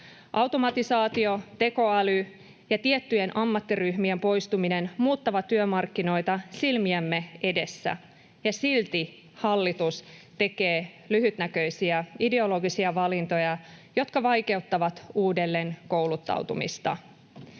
Automatisaatio, tekoäly ja tiettyjen ammattiryhmien poistuminen muuttavat työmarkkinoita silmiemme edessä, ja silti hallitus tekee lyhytnäköisiä ideologisia valintoja, jotka vaikeuttavat uudelleenkouluttautumista.